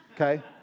Okay